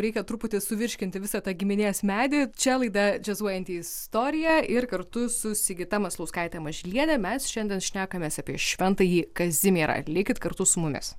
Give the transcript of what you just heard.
reikia truputį suvirškinti visą tą giminės medį čia laida džiazuojanti istorija ir kartu su sigita maslauskaite mažyliene mes šiandien šnekamės apie šventąjį kazimierą likit kartu su mumis